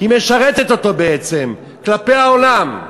היא משרתת אותו בעצם כלפי העולם.